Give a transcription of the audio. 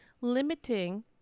limiting